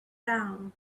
down